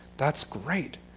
that's great.